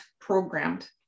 programmed